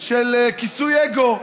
של כיסוי אגו,